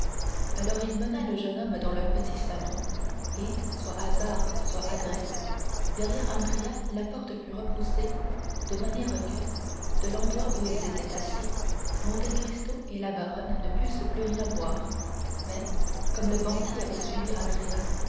alors il mena le jeune homme dans le petit salon et soit hasard soit adresse derrière andrea la porte fut repoussée de manière que de l'endroit où ils étaient assis monte cristo et la baronne ne pussent plus rien voir mais comme le banquier avait suivi